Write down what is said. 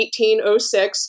1806